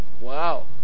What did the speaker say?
Wow